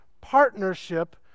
partnership